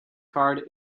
card